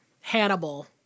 Hannibal